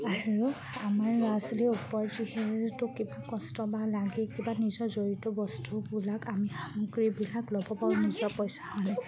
আৰু আমাৰ ল'ৰা ছোৱালীৰ ওপৰত যিহেতু কিবা কষ্ট বা লাগে কিবা নিজৰ জড়িত বস্তুবিলাক আমি সামগ্ৰীবিলাক ল'ব পাৰোঁ নিজৰ পইচা হ'লে